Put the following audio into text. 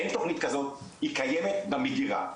אין תוכנית כזאת היא קיימת במגירה,